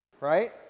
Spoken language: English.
right